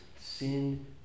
sin